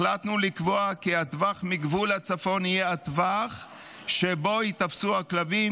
החלטנו לקבוע כי הטווח מגבול הצפון יהיה הטווח שבו ייתפסו הכלבים,